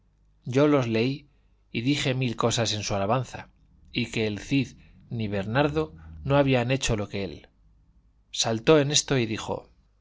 yo los leí y dije mil cosas en su alabanza y que el cid ni bernardo no habían hecho lo que él saltó en esto y dijo